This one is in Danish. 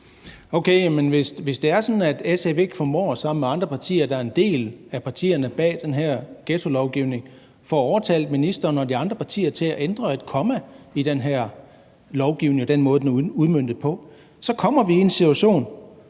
at SF ikke sammen med andre partier, der er en del af partierne bag den her ghettolovgivning, formår at overtale ministeren og de andre partier til at ændre et komma i den her lovgivning og i den måde,